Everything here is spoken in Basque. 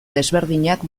desberdinak